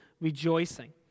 rejoicing